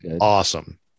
awesome